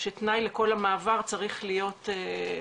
שתנאי לכל המעבר צריך להיות,